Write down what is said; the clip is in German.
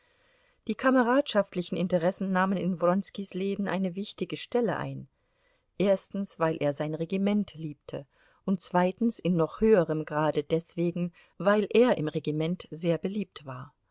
die kameradschaftlichen interessen nahmen in wronskis leben eine wichtige stelle ein erstens weil er sein regiment liebte und zweitens in noch höherem grade deswegen weil er im regiment sehr beliebt war